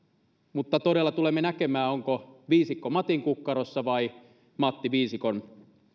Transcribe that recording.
mutta todella tulemme näkemään onko viisikko matin kukkarossa vai matti viisikon